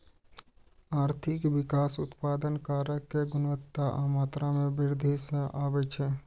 आर्थिक विकास उत्पादन कारक के गुणवत्ता आ मात्रा मे वृद्धि सं आबै छै